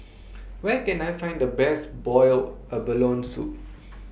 Where Can I Find The Best boiled abalone Soup